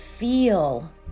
Feel